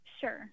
Sure